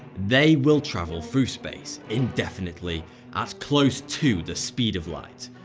they will travel through space indefinitely at close to the speed of light.